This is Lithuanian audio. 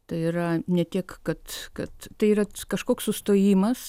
tai yra ne tik kad kad tai yra kažkoks sustojimas